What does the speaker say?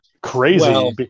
crazy